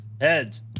Heads